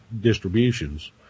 distributions